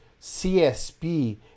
CSP